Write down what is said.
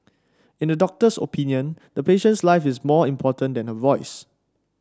in the doctor's opinion the patient's life is more important than her voice